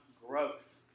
growth